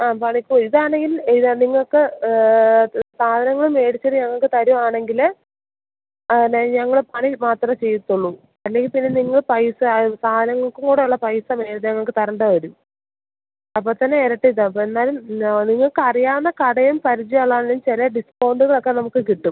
ആ പണിക്കൂലി ഇതാണെങ്കിൽ ഇത് നിങ്ങള്ക്ക് അത് സാധനങ്ങള് മേടിച്ചതു ഞങ്ങള്ക്കു തരുവാണെങ്കില് അതെ ഞങ്ങള് പണി മാത്രമേ ചെയ്യത്തുള്ളൂ അല്ലെങ്കില്പ്പിന്നെ നിങ്ങള് പൈസ അതു സാധനങ്ങൾക്കും കൂടെയുള്ള പൈസ ഞങ്ങള്ക്ക് തരേണ്ടിവരും അപ്പോള്ത്തന്നെ ഇരട്ടി ഇതാവും എന്നാലും പിന്നെ നിങ്ങള്ക്കറിയാവുന്ന കടയും പരിചയമുള്ളതാണെങ്കില് ചെറിയ ഡിസ്കൗണ്ടുകളൊക്ക നമുക്കു കിട്ടും